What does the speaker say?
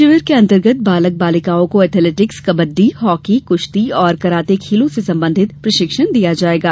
शिविर के अंतर्गत बालक बालिकाओं को एथलेटिक्स कब्बडी हॉकी कृश्ती और कराते खेलों से संबंधित प्रशिक्षण दिया जायेगा